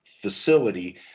facility